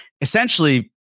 essentially